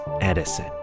Edison